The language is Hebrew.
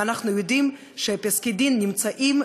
ואנחנו יודעים שפסקי-דין נמצאים,